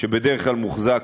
שבדרך כלל מוחזקים,